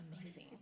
amazing